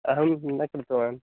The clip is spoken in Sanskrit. अहं न कृतवान्